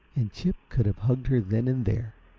and chip could have hugged her then and there,